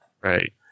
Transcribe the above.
Right